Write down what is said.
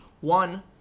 One